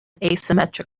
asymmetric